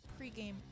pregame